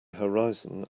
horizon